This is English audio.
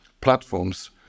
platforms